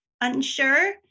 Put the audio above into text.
unsure